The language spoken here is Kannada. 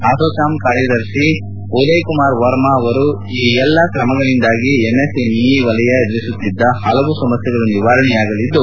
ಅಸೊಚಾಮ್ ಕಾರ್ಯದರ್ಶಿ ಉದಯ್ ಕುಮಾರ್ ವರ್ಮಾ ಅವರು ಈ ಎಲ್ಲಾ ತ್ರಮಗಳಿಂದಾಗಿ ಎಂಎಸ್ಎಂಇ ವಲಯ ಎದರಿಸುತ್ತಿದ್ದ ಪಲವು ಸಮಸ್ಥೆಗಳು ನಿವಾರಣೆಯಾಗಲಿದ್ದು